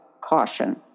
caution